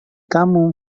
kamu